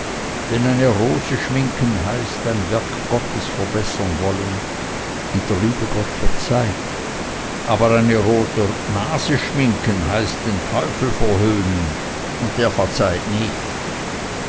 denn eine rose schminken heißt ein werk gottes verbessern wollen und der liebe gott verzeiht aber eine rote nase schminken heißt den teufel verhöhnen und der verzeiht nicht